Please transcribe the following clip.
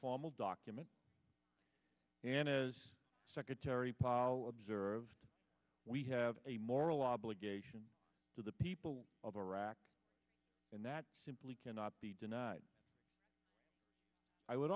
formal document and as secretary powell observed we have a moral obligation to the people of iraq and that simply cannot be denied i would